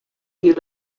you